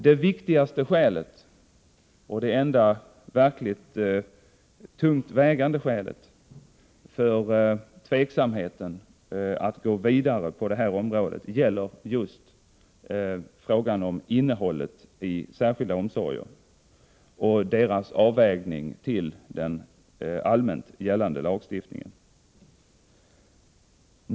Det viktigaste och det enda verkligt tungt vägande skälet för tveksamheten att gå vidare på det här området gäller just frågan om innehållet i de särskilda omsorgerna och deras avgränsning till den allmänt gällande lagstiftningen.